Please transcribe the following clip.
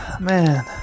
Man